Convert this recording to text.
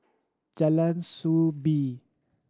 Jalan Soo Bee